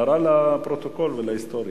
הערה לפרוטוקול ולהיסטוריה.